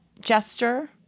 gesture